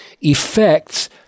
effects